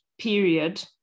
period